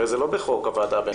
הרי זה לא בחוק הוועדה הבין משרדית.